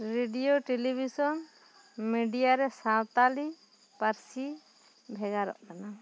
radio television media ᱨᱮ ᱥᱟᱶᱛᱟᱞᱤ ᱯᱟᱹᱨᱥᱤ ᱵᱷᱮᱜᱟᱨᱚᱜ ᱠᱟᱱᱟ